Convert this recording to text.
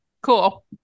Cool